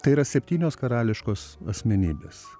tai yra septynios karališkos asmenybės